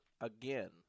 again